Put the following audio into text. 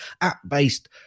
app-based